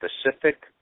specific